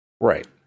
Right